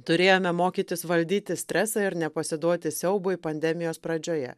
turėjome mokytis valdyti stresą ir nepasiduoti siaubui pandemijos pradžioje